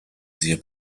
sehr